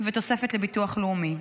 ותוספת לביטוח לאומי.